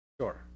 Sure